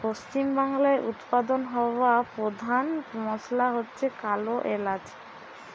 পশ্চিমবাংলায় উৎপাদন হওয়া পোধান মশলা হচ্ছে কালো এলাচ